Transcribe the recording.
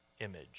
image